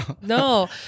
No